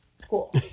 school